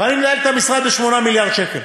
אבל אני מנהל את המשרד ב-8 מיליארד שקל.